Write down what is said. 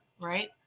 right